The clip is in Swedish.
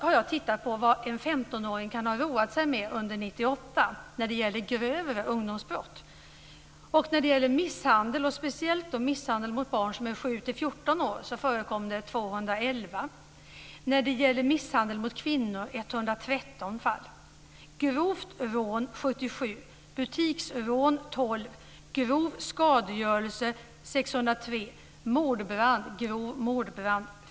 Jag har tittat på vad en 15-åring kan ha roat sig med under 1998 när det gäller grövre ungdomsbrott, dvs. misshandel och då speciellt misshandel mot barn som är 7-14 år. Det förekom 211 sådana fall. Det förekom 113 fall av misshandel mot kvinnor. Det förekom 77 fall av grovt rån, 12 fall av butiksrån, 603 fall av grov skadegörelse och 15 fall av grov mordbrand.